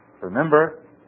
remember